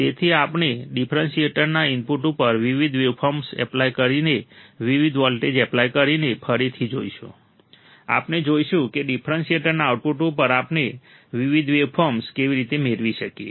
તેથી આપણે ડિફરન્શિએટરના ઇનપુટ ઉપર વિવિધ વેવફોર્મ એપ્લાય કરીને વિવિધ વોલ્ટેજ એપ્લાય કરીને ફરીથી જોઈશું આપણે જોઈશું કે ડિફરન્શિએટરના આઉટપુટ ઉપર આપણે વિવિધ વેવફોર્મ્સ કેવી રીતે મેળવી શકીએ